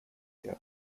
year